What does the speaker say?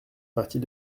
partie